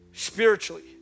spiritually